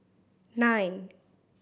nine